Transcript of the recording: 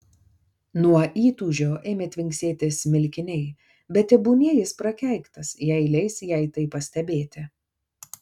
nuo įtūžio ėmė tvinksėti smilkiniai bet tebūnie jis prakeiktas jei leis jai tai pastebėti